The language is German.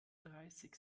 dreißig